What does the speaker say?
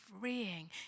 freeing